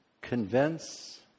Convince